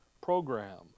program